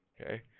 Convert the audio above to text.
Okay